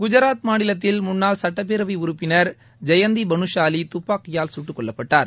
குஜராத் மாநிலத்தில் முன்னாள் சட்டப்பேரவை உறுப்பினா் ஜெயந்தி பலுசாலி துப்பாக்கியால் கட்டுக் கொல்லப்பட்டார்